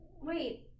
Wait